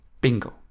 Bingo